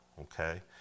okay